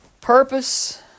purpose